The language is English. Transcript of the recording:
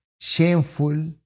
shameful